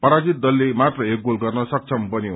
पराजित दलले मात्र एक गोल गर्न सक्षम बन्यो